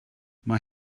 mae